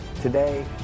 Today